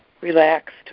relaxed